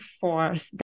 force